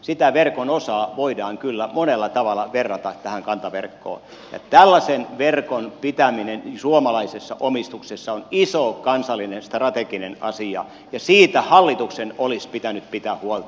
sitä verkon osaa voidaan kyllä monella tavalla verrata tähän kantaverkkoon ja tällaisen verkon pitäminen suomalaisessa omistuksessa on iso kansallinen strateginen asia ja siitä hallituksen olisi pitänyt pitää huolta